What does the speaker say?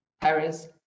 Paris